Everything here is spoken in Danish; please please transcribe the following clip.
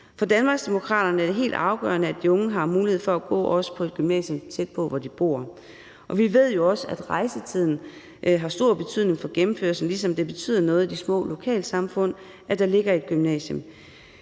For Danmarksdemokraterne er det helt afgørende, at de unge har mulighed for også at gå på et gymnasium tæt på der, hvor de bor, og vi ved jo også, at rejsetiden har stor betydning for gennemførelsen af gymnasiet, ligesom det betyder noget i de små lokalsamfund, at der ligger et gymnasium.